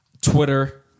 Twitter